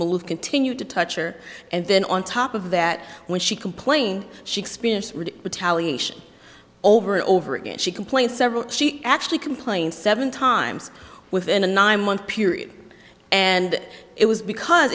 of continued to touch or and then on top of that when she complained she experienced retaliate over and over again she complained several she actually complained seven times within a nine month period and it was because